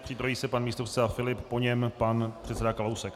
Připraví se pan místopředseda Filip, po něm pan předseda Kalousek.